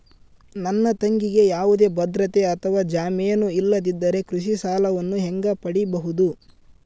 ನನ್ನ ತಂಗಿಗೆ ಯಾವುದೇ ಭದ್ರತೆ ಅಥವಾ ಜಾಮೇನು ಇಲ್ಲದಿದ್ದರೆ ಕೃಷಿ ಸಾಲವನ್ನು ಹೆಂಗ ಪಡಿಬಹುದು?